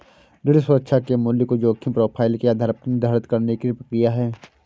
ऋण सुरक्षा के मूल्य को जोखिम प्रोफ़ाइल के आधार पर निर्धारित करने की प्रक्रिया है